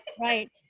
Right